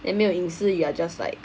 then 没有隐私 you are just like